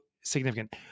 significant